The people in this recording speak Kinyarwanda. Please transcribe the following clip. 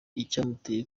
icyamuteye